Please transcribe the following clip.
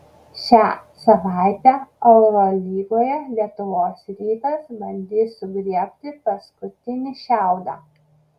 šią savaitę eurolygoje lietuvos rytas bandys sugriebti paskutinį šiaudą